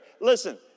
Listen